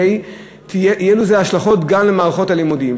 יהיה לו השלכות גם על מערכות הלימודים.